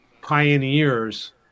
pioneers